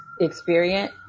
experience